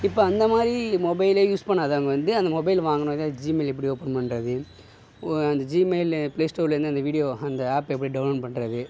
இப்போ அந்தமாதிரி மொபைலே யூஸ் பண்ணாதவங்க வந்து அந்த மொபைல் வாங்கினது ஜிமெயில் எப்படி ஓப்பன் பண்ணுறது அந்த ஜிமெயில்ல ப்ளே ஸ்டோர்ல இருந்து அந்த வீடியோவை அந்த ஆப் எப்படி டவுன்லோட் பண்ணுறது